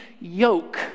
yoke